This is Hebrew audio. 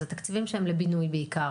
אלה תקציבים שהם לבינוי בעיקר,